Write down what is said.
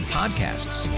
podcasts